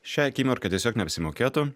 šią akimirką tiesiog neapsimokėtų